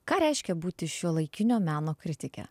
ką reiškia būti šiuolaikinio meno kritike